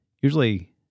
usually